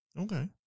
Okay